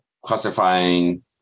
classifying